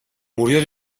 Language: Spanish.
murió